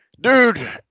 Dude